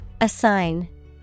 Assign